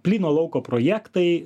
plyno lauko projektai